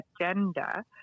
agenda